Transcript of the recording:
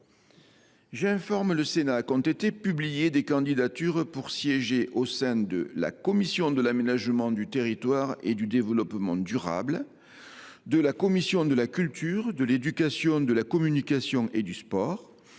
J’informe le Sénat qu’ont été publiées des candidatures pour siéger au sein de la commission de l’aménagement du territoire et du développement durable ; de la commission de la culture, de l’éducation, de la communication et du sport